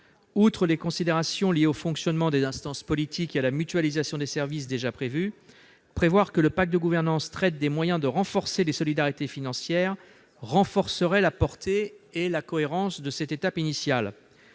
Outre les considérations liées au fonctionnement des instances politiques et à la mutualisation des services, déjà traités, prévoir que le pacte de gouvernance traite des moyens de renforcer les solidarités financières consoliderait la portée et la cohérence de cette étape initiale.